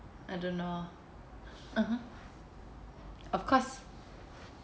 I don't know (uh huh) of course